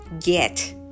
get